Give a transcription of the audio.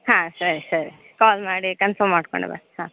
ಹಾಂ ಸರಿ ಸರಿ ಕಾಲ್ ಮಾಡಿ ಕನ್ಫಮ್ ಮಾಡಿಕೊಂಡು ಬಾ ಹಾಂ